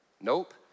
Nope